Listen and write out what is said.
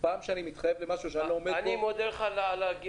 אני מודה לך על ההוגנות.